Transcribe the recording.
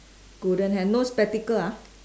golden hair no spectacle ah